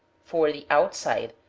for the outside,